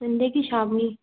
Sunday की शाम हुई